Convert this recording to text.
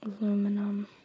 Aluminum